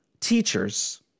teachers